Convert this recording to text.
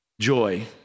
Joy